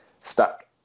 stuck